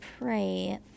pray